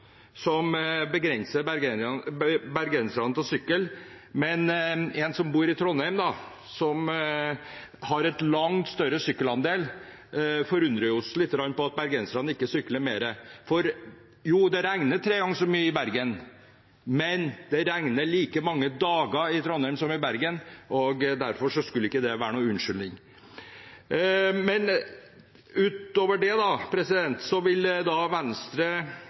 bergenserne fra å sykle, men en som bor i Trondheim, som har en langt større sykkelandel, forundres lite grann over at bergenserne ikke sykler mer. Ja, det regner tre ganger så mye i Bergen, men det regner like mange dager i Trondheim som i Bergen, derfor skulle ikke det være noen unnskyldning. Utover det